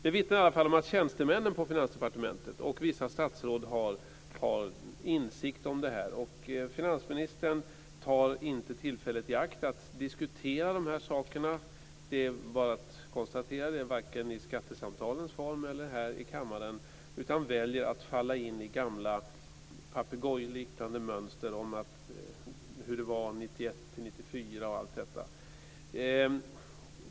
Det vittnar i alla fall om att tjänstemännen på Finansdepartementet och vissa statsråd har insikt om detta. Finansministern tar inte tillfället i akt att diskutera de här sakerna. Det är bara att konstatera det, varken i skattesamtalens form eller här i kammaren, utan väljer att falla in i gamla papegojliknande mönster och talar om hur det var 1991-1994 och allt detta.